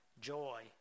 joy